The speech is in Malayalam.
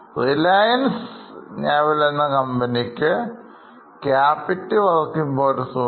Reliance Naval എന്ന കമ്പനിക്ക് Capital work in progressഉണ്ട്